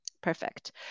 perfect